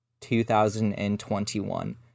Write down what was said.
2021